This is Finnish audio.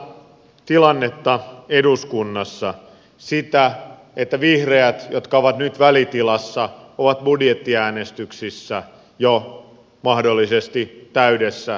jos ajatellaan tilannetta eduskunnassa vihreät jotka ovat nyt välitilassa ovat budjettiäänestyksissä jo mahdollisesti täydessä tilassa